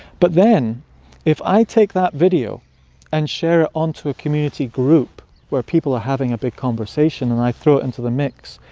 but then if i take that video and share it onto a community group where people are having a big conversation, and i throw it into the mix,